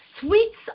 sweets